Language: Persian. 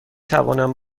توانم